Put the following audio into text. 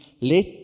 Let